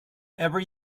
every